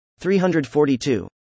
342